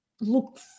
look